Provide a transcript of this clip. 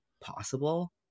possible